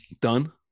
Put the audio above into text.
done